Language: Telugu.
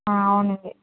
అవునండి